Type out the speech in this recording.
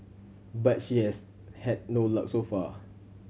but she has had no luck so far